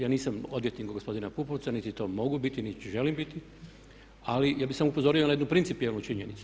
Ja nisam odvjetnik gospodina Pupovca niti to mogu biti, niti želim biti, ali ja bih samo upozorio na jednu principijelnu činjenicu.